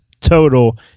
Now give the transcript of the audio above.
total